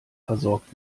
versorgt